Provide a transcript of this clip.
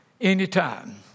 anytime